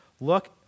look